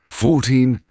fourteen